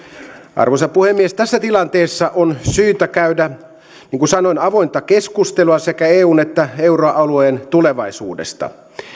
arvoisa puhemies tässä tilanteessa on syytä käydä niin kuin sanoin avointa keskustelua sekä eun että euroalueen tulevaisuudesta